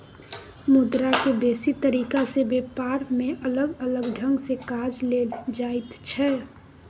मुद्रा के बेसी तरीका से ब्यापार में अलग अलग ढंग से काज लेल जाइत छै